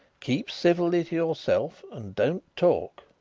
keep civilly to yourself and don't talk.